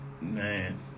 man